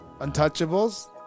Untouchables